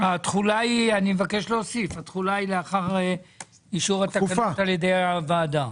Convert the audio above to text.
אני מבקש להוסיף שהתחולה היא לאחר אישור התקנות על ידי הוועדה.